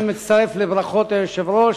אני מצטרף לברכות של היושב-ראש.